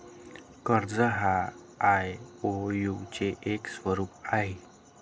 कर्ज हा आई.ओ.यु चे एक स्वरूप आहे